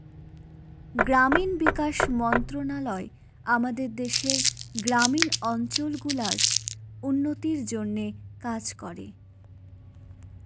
গ্রামীণ বিকাশ মন্ত্রণালয় আমাদের দেশের গ্রামীণ অঞ্চল গুলার উন্নতির জন্যে কাজ করে